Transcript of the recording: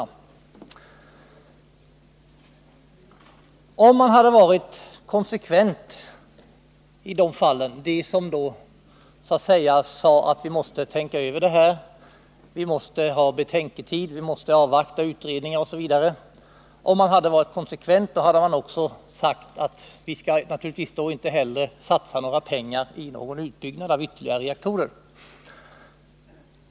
I samband med Harrisburgolyckan sades det att vi måste tänka över detta, vi måste avvakta utredningen, osv. Om de som sade detta hade varit konsekventa, då hade de också sagt att vi i det läget naturligtvis inte heller skulle satsa några pengar på ytterligare utbyggnad av reaktorer.